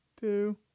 two